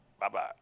Bye-bye